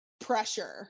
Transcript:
Pressure